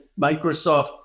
Microsoft